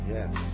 Yes